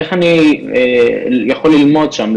איך אני יכול ללמוד שם?